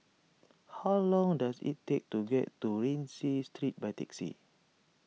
how long does it take to get to Rienzi Street by taxi